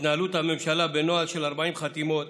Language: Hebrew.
הממשלה בנוהל של 40 חתימות,